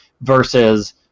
versus